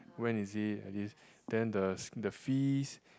when is it like this then the the fees